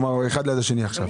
מציעים?